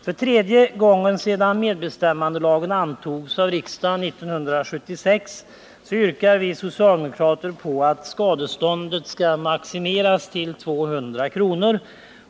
För tredje gången sedan medbestämmandelagen antogs av riksdagen 1976 yrkar vi socialdemokrater att skadeståndet skall maximeras till 200 kr.